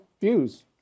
views